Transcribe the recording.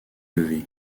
levée